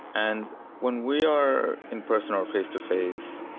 and when we are in-person or face-to-face,